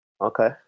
Okay